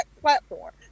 platform